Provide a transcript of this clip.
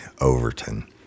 Overton